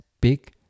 big